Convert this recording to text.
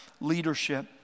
leadership